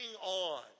on